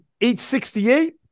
868